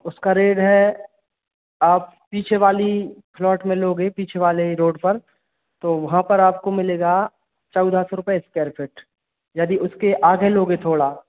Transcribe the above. उसका रेट है आप पीछे वाली प्लोट में लोगे पीछे वाले रोड पर तो वहाँ पर आपको मिलेगा चौदा सौ रुपये स्क्वायर फिट यदि उसके आगे लोगे थोड़ा